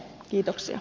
kiitoksia